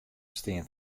stean